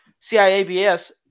CIABS